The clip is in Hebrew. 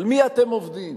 על מי אתם עובדים?